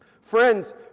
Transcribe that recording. Friends